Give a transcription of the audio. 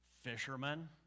fishermen